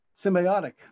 symbiotic